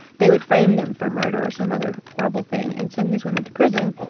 they would frame them for murder or some other horrible thing and send these women to prison,